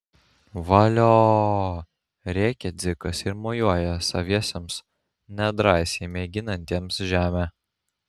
valio rėkia dzikas ir mojuoja saviesiems nedrąsiai mėginantiems žemę